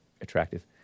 attractive